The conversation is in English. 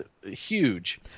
huge